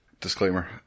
Disclaimer